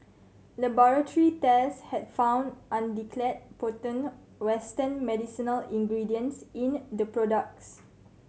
laboratory tests had found undeclared potent western medicinal ingredients in the products